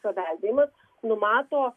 paveldėjimas numato